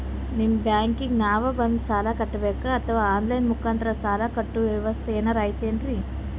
ನಿಮ್ಮ ಬ್ಯಾಂಕಿಗೆ ನಾವ ಬಂದು ಸಾಲ ಕಟ್ಟಬೇಕಾ ಅಥವಾ ಆನ್ ಲೈನ್ ಮುಖಾಂತರ ಸಾಲ ಕಟ್ಟುವ ವ್ಯೆವಸ್ಥೆ ಏನಾರ ಐತೇನ್ರಿ?